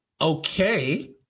okay